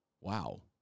wow